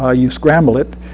ah you scramble it,